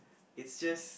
it's just